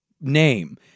name